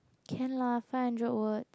can lah five hundred word